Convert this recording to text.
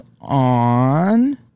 on